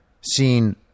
seen